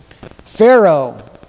Pharaoh